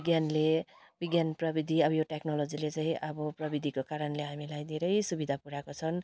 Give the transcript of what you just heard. विज्ञानले विज्ञान प्रविधि अब यो टेक्नोलोजीले चाहिँ अब प्रविधिको कारणले हामीलाई धेरै सुविधा पुऱ्याएको छन्